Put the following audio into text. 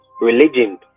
religion